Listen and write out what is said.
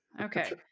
Okay